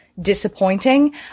disappointing